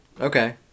Okay